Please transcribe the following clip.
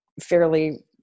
fairly